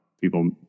People